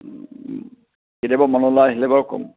কেতিয়াবা মনলৈ আহিলে বাৰু ক'ম